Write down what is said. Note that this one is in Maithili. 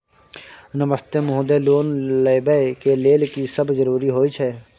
नमस्ते महोदय, लोन लेबै के लेल की सब जरुरी होय छै?